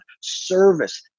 service